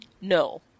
no